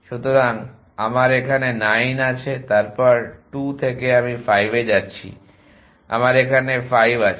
সুতরাং আমার এখানে 9 আছে তারপর 2 থেকে আমি 5 এ যাচ্ছি আমার এখানে 5 আছে